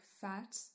fat